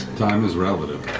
time is relative.